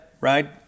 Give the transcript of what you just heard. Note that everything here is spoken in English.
right